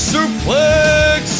Suplex